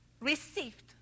received